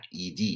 ed